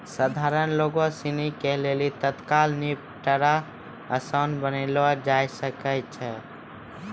सधारण लोगो सिनी के लेली तत्काल निपटारा असान बनैलो जाय सकै छै